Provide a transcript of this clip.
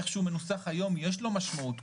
איך שהוא מנוסח היום יש לו משמעות.